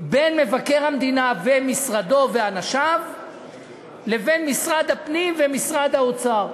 בין מבקר המדינה ומשרדו ואנשיו ובין משרד הפנים ומשרד האוצר.